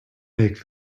make